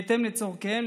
בהתאם לצרכים,